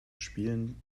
spielen